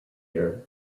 year